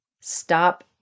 stop